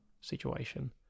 situation